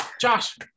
Josh